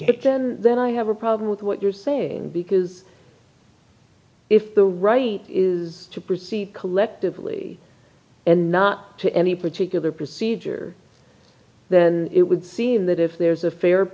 can then i have a problem with what you're saying because if the right is to proceed collectively and not to any particular procedure then it would seem that if there's a fair